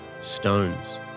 stones